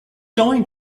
going